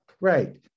Right